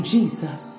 Jesus